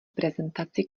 prezentaci